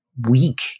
weak